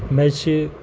مےٚ حظ چھِ